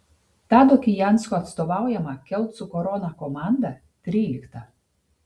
tado kijansko atstovaujama kelcų korona komanda trylikta